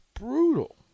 brutal